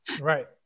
Right